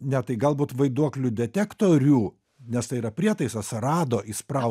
ne tai galbūt vaiduoklių detektorių nes tai yra prietaisas rado įsprau